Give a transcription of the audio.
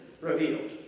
revealed